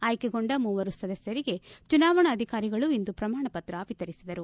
ಆಯ್ಲೆಗೊಂಡ ಮೂವರು ಸದಸ್ಕರಿಗೆ ಚುನಾವಣಾಧಿಕಾರಿಗಳು ಇಂದು ಪ್ರಮಾಣ ಪತ್ರ ವಿತರಿಸಿದರು